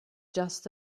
just